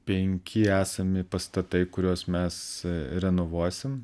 penki esami pastatai kuriuos mes renovuosim